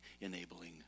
enabling